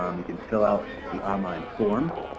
um you can fill out the online form